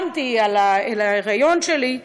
ופרסמתי על ההיריון שלי,